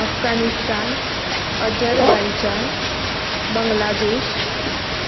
Afghanistan Azerbaijan Bangladesh